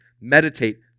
Meditate